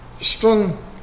strong